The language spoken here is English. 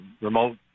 remote